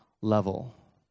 level